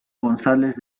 gonzales